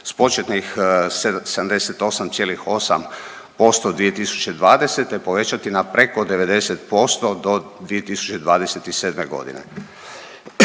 s početnih 78,8% 2020. povećati na preko 90% do 2027. godine.